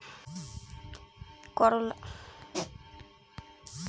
করলা চাষে কীটপতঙ্গ নিবারণের উপায়গুলি কি কী?